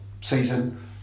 season